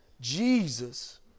Jesus